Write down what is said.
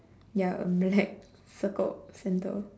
ya black circle center